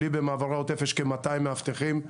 לי במעברי העוטף יש כ-200 מאבטחים,